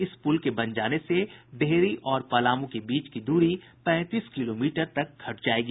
इस पुल के बन जाने से डेहरी और पलामू के बीच की दूरी पैंतीस किलोमीटर तक घट जायेगी